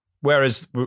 Whereas